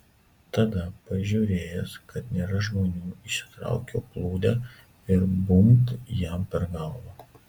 tada pažiūrėjęs kad nėra žmonių išsitraukiau plūdę ir bumbt jam per galvą